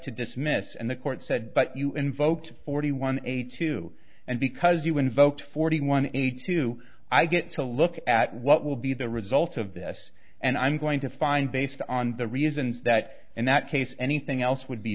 to dismiss and the court said but you invoked forty one eighty two and because you invoked forty one eighty two i get to look at what will be the result of this and i'm going to find based on the reasons that in that case anything else would be